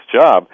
job